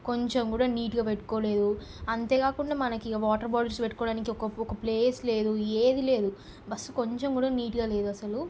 కొంచెం కూడా నీట్గా పెట్టుకోలేదు అంతేగాకుండా మనకి వాటర్ బాటిల్స్ పెట్టుగోవడానికి ఒక ఒక ప్లేస్ లేదు ఏది లేదు బస్సు కొంచెం కూడా నీట్గా లేదు అసలు